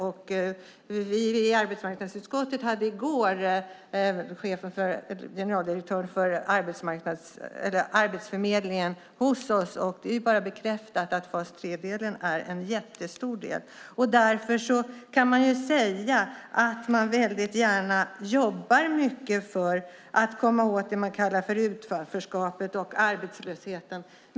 Vi i arbetsmarknadsutskottet hade i går generaldirektören för Arbetsförmedlingen hos oss. Det är bekräftat att fas 3-delen är en jättestor del. Man kan säga att man jobbar mycket för att komma åt det man kallar utanförskapet och arbetslösheten.